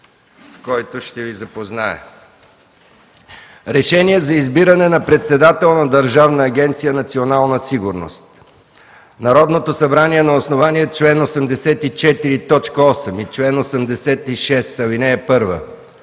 с който ще Ви запозная: „РЕШЕНИЕ за избиране на председател на Държавна агенция „Национална сигурност” Народното събрание на основание чл. 84, т. 8 и чл. 86,